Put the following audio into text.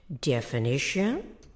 definition